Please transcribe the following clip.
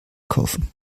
kaufen